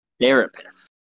therapist